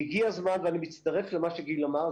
ואני מצטרף למה שגיל דייגי אמר,